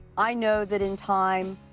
i know that, in time,